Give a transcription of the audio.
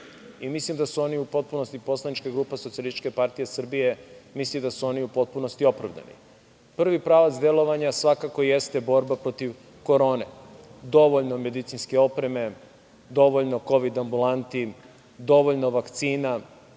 vremenskom periodu i poslanička grupa Socijalističke partije Srbije misli da su oni u potpunosti opravdani. Prvi pravac delovanja svakako jeste borba protiv korone, dovoljno medicinske opreme, dovoljno kovid ambulanti, dovoljno vakcina.